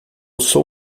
sou